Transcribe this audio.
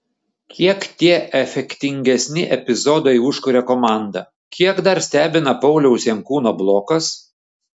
kiek tie efektingesni epizodai užkuria komandą kiek dar stebina pauliaus jankūno blokas